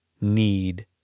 need